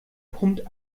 pumpt